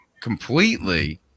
completely